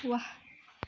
वाह